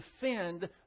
defend